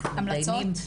המלצות?